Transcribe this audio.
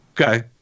Okay